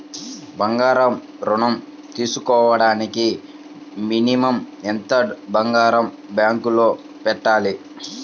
బంగారం ఋణం తీసుకోవడానికి మినిమం ఎంత బంగారం బ్యాంకులో పెట్టాలి?